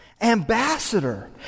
ambassador